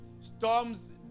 Storms